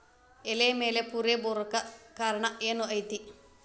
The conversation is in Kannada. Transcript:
ಎಲೆ ಮ್ಯಾಲ್ ಪೊರೆ ಬರಾಕ್ ಕಾರಣ ಏನು ಐತಿ?